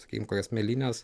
sakykim kokias mėlynes